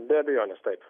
be abejonės taip